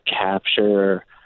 capture